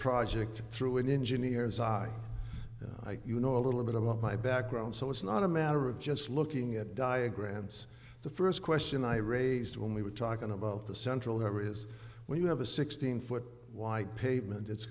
project through an engineer's i i you know a little bit about my background so it's not a matter of just looking at diagrams the first question i raised when we were talking about the central however is when you have a sixteen foot wide pavement it's